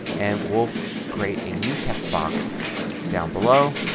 and we'll create a new text box down below